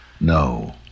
no